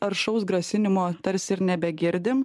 aršaus grasinimo tarsi ir nebegirdim